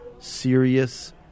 serious